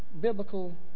biblical